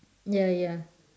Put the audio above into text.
ya ya